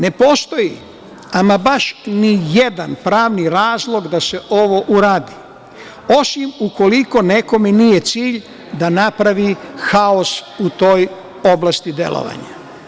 Ne postoji ama baš nijedan pravni razlog da se ovo uradi, osim ukoliko nekome nije cilj da napravi haos u toj oblasti delovanja.